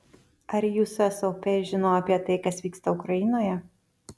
ar jūsų sop žino apie tai kas vyksta ukrainoje